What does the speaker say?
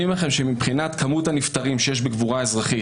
מבחינת כמות הנפטרים שיש בקבורה אזרחית